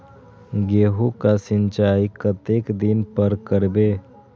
गेहूं का सीचाई कतेक दिन पर करबे?